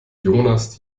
jonas